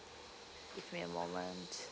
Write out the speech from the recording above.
give me a moment